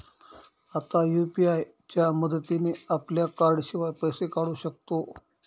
आता यु.पी.आय च्या मदतीने आपल्या कार्डाशिवाय पैसे काढू शकतो